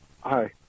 Hi